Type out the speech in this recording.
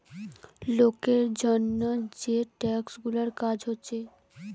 লোকের জন্যে যে স্টক গুলার কাজ হচ্ছে